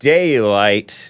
Daylight